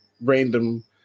random